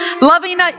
loving